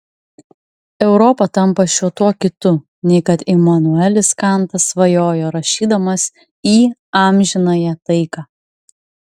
europa tampa šiuo tuo kitu nei kad imanuelis kantas svajojo rašydamas į amžinąją taiką